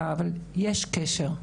אבל יש קשר;